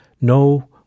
No